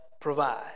provide